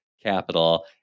capital